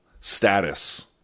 status